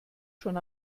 schon